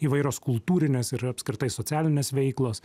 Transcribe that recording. įvairios kultūrinės ir apskritai socialinės veiklos